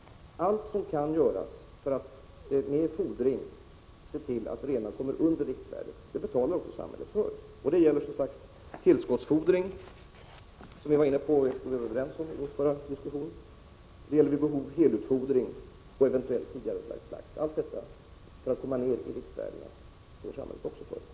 Allt som kan göras för att genom utfodring se till att renarna kommer ned under riktvärdet betalar, som sagt, samhället för. Det gäller tillskottsutfodring, som vi var överens om i vår förra diskussion, vid behov helutfodring och eventuellt tidigarelagd slakt. Alla dessa åtgärder syftande till att sänka halterna till riktvärdet står samhället också för.